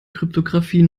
kryptographie